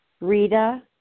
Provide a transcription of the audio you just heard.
Rita